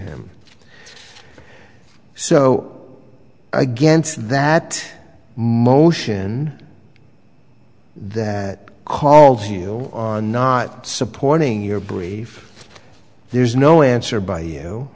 him so against that motion that calls you on not supporting your brief there's no answer by you